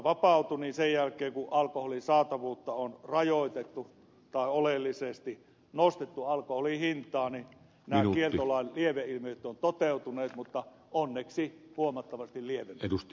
sen jälkeen kun alkoholi vapautui kun alkoholin saatavuutta on rajoitettu tai oleellisesti nostettu alkoholin hintaa nämä kieltolain lieveilmiöt on toteutuneet mutta onneksi huomattavasti lievemmin